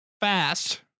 Fast